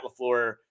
LaFleur